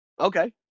Okay